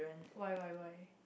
why why why